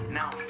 now